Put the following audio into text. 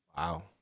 Wow